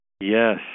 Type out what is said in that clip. Yes